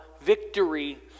victory